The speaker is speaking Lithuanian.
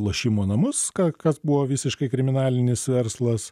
lošimo namus ką kas buvo visiškai kriminalinis verslas